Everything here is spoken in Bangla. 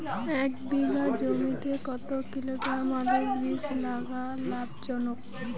এক বিঘা জমিতে কতো কিলোগ্রাম আলুর বীজ লাগা লাভজনক?